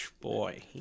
boy